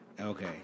Okay